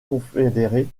confédérés